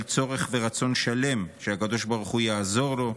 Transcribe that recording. צורך ורצון שלם שהקדוש ברוך הוא יעזור לו,